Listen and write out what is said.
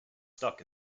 stuck